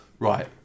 Right